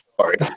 sorry